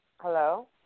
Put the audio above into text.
Hello